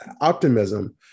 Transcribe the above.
optimism